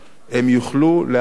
הם יוכלו להמשיך